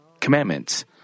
commandments